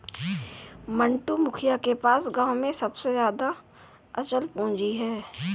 मंटू, मुखिया के पास गांव में सबसे ज्यादा अचल पूंजी है